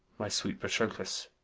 my sweet patroclus,